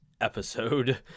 episode